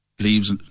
leaves